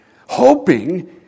hoping